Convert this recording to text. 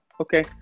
Okay